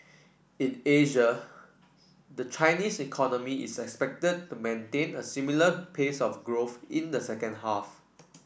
in Asia the Chinese economy is expected to maintain a similar pace of growth in the second half